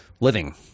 living